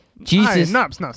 Jesus